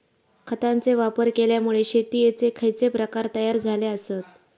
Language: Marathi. खतांचे वापर केल्यामुळे शेतीयेचे खैचे प्रकार तयार झाले आसत?